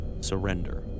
Surrender